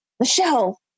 Michelle